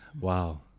wow